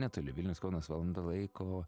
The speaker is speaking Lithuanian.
netoli vilnius kaunas valanda laiko